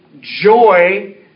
joy